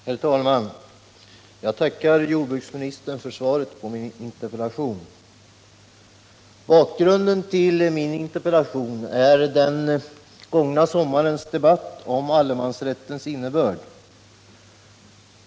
Herr talman! Jag tackar jordbruksministern för svaret på min interpellation. Bakgrunden till interpellationen är den gångna sommarens debatt om = Nr 31 allemansrättens innebörd.